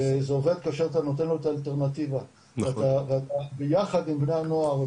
זה עובד כאשר אתה נותן לו את האלטרנטיבה וביחד עם בני הנוער,